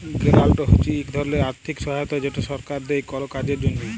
গেরালট হছে ইক ধরলের আথ্থিক সহায়তা যেট সরকার দেই কল কাজের জ্যনহে